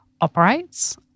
operates